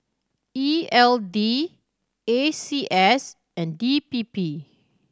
E L D A C S and D P P